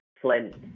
Flint